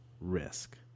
risk